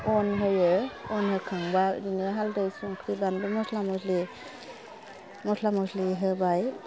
अन होयो अन होखांबा बिदिनो हाल्दै संख्रि बानलु मस्ला मस्लि मस्ला मस्लि होबाय